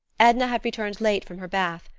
edna had returned late from her bath,